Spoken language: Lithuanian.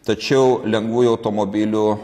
tačiau lengvųjų automobilių